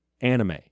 anime